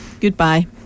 goodbye